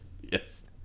Yes